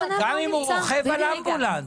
גם אם הוא רוכב על אמבולנס.